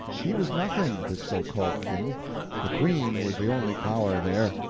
he was nothing, this so-called king the queen was the only power there.